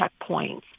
checkpoints